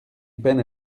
peine